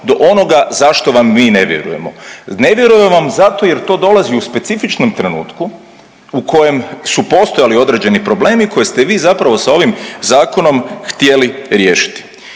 do onoga zašto vam mi ne vjerujemo. Ne vjerujemo vam zato jer to dolazi u specifičnom trenutku u kojem su postojali određeni problemi koje ste vi zapravo sa ovim zakonom htjeli riješiti.